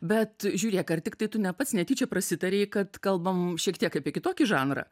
bet žiūrėk ar tik tai tu ne pats netyčia prasitarei kad kalbam šiek tiek apie kitokį žanrą